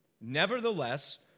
Nevertheless